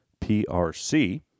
PRC